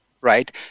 right